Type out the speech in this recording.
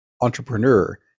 entrepreneur